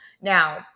Now